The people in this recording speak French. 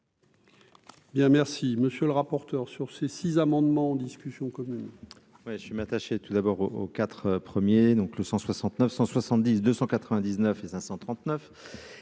Bien, merci, monsieur le rapporteur, sur ces six amendements en discussion commune.